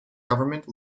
government